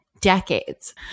decades